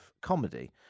comedy